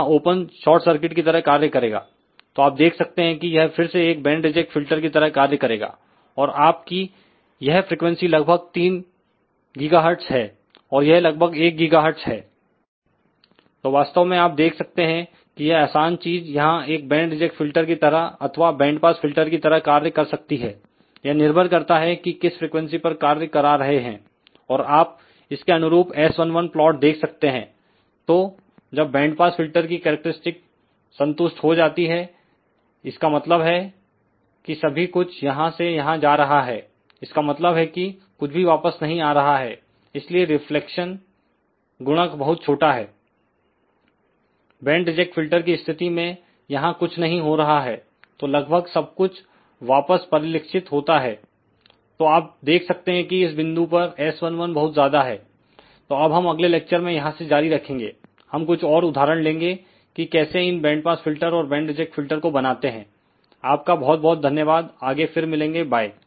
यहां open short circuit की तरह कार्य करेगा तो आप देख सकते कियह फिर से एक बैंड रिजेक्ट फिल्टर की तरह कार्य करेगाऔर आप कि यह फ्रीक्वेंसी लगभग 3 GHz हैऔर यह लगभग 1 GHz है तो वास्तव में आप देख सकते हैं कि यह आसान चीज यहां एक बैंड रिजेक्ट फिल्टर की तरह अथवा बैंड पास फिल्टर की तरह कार्य कर सकती हैं यह निर्भर करता है कि किस फ्रीक्वेंसी पर कार्य करा रहे हैं और आप इसके अनुरूप S11 प्लॉट देख सकते हैं तो जब बैंड पास फिल्टर की कैरेक्टरस्टिक संतुष्ट हो जाती हैं इसका मतलब है कि सभी कुछ यहां से यहां जा रहा है इसका मतलब है कि कुछ भी वापस नहीं आ रहा है इसलिए रिफ्लेक्शन गुणक बहुत छोटा है बैंड रिजेक्ट फिल्टर की स्थिति में यहां कुछ नहीं हो रहा है तो लगभग सब कुछ वापस परिलक्षित होता है तो आप देख सकते किइस बिंदु पर S11बहुत ज्यादा है तो अब हम अगले लेक्चर में यहां सेजारी रखेंगेहम कुछ और उदाहरण लेंगे कि कैसे इनबैंड पास फिल्टर और बैंड रिजेक्ट फिल्टर कोबनाते हैं आपका बहुत बहुत धन्यवादआगे फिर मिलेंगेबाय